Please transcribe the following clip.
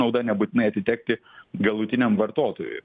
nauda nebūtinai atitekti galutiniam vartotojui